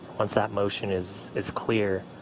once that motion is is clear,